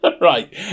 Right